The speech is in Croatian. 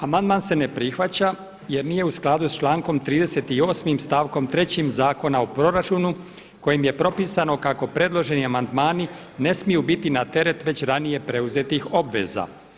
Amandman se ne prihvaća jer nije u skladu sa člankom 38. stavkom 3. Zakona o proračunu kojim je propisano kako predloženi amandmani ne smiju biti na teret već ranije preuzetih obveza.